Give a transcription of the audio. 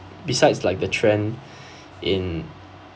besides like the trend in